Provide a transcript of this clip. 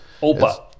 OPA